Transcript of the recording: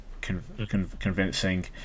convincing